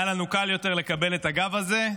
--- היה לנו קל יותר לקבל את הגב הזה.